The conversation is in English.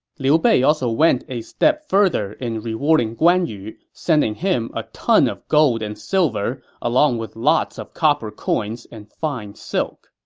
liu bei also went a step farther in rewarding guan yu, sending him a ton of gold and silver, along with lots copper coins and fine silk.